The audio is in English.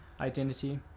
Identity